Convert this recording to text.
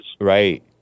Right